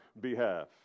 behalf